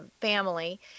family